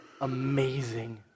amazing